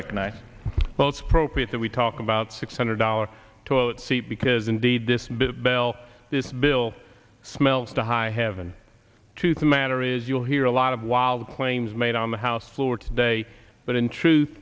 recognize most appropriate that we talk about six hundred dollars toilet seat because indeed this bill bell this bill smells to high heaven to the matter is you'll hear a lot of wild claims made on the house floor today but in truth